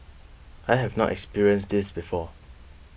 I have not experienced this before